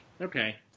Okay